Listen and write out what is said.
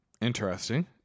Interesting